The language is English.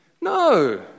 No